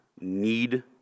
need